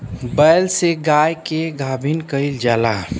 बैल से गाय के गाभिन कइल जाला